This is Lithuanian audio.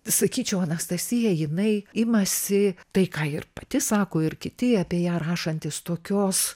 sakyčiau anastasija jinai imasi tai ką ir pati sako ir kiti apie ją rašantys tokios